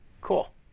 cool